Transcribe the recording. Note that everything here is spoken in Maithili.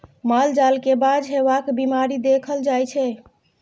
माल जाल मे बाँझ हेबाक बीमारी देखल जाइ छै